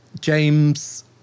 James